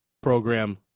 program